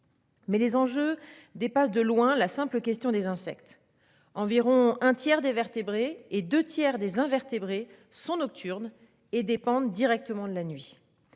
Mais les enjeux dépassent de loin la simple question des insectes environ un tiers des vertébrés et 2 tiers des invertébrés sont nocturne et dépendent directement de la nuit.